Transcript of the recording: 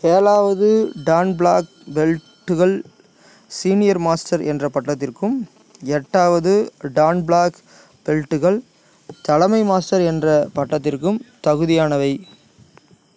ஏழாவது dan black பெல்ட்டுகள் senior master என்ற பட்டத்திற்கும் எட்டாவது டான் பிளாக் பெல்ட்டுகள் தலைமை மாஸ்டர் என்ற பட்டத்திற்கும் தகுதியானவை